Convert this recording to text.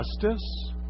justice